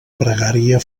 pregària